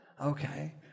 Okay